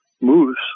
moose